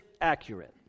accurate